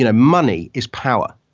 and money is power,